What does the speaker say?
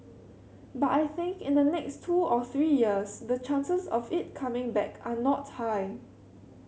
but I think in the next two or three years the chances of it coming back are not high